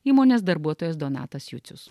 įmonės darbuotojas donatas jucius